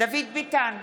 דוד ביטן,